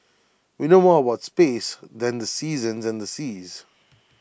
we know more about space than the seasons and the seas